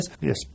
Yes